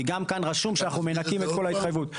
כי גם כאן רשום שאנחנו מנכים את כל ההתחייבות.